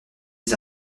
les